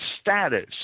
status